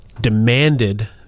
demanded